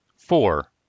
four